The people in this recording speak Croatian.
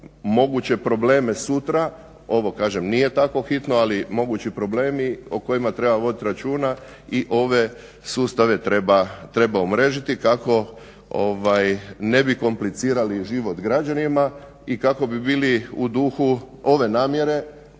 moguće probleme sutra, ovo kažem nije tako hitno, ali mogući problemi o kojima treba voditi računa i ove sustave treba umrežiti kako ne bi komplicirali život građanima i kako bi bili u duhu ove namjere